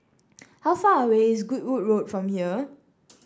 how far away is Goodwood Road from here